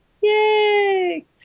Yay